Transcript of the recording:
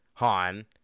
Han